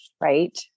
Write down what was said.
right